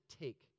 take